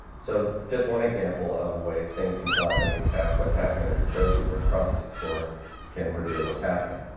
so just one example of the way things can fly beneath task what task manager shows you where it's process explorer can reveal what's happening